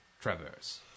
traverse